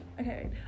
okay